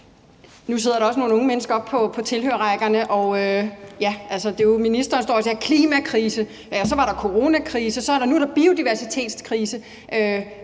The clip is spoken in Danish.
Nu sidder der også nogle unge mennesker oppe på tilhørerrækkerne, og ministeren står og siger klimakrise; så var der coronakrise, og nu er der biodiversitetskrise.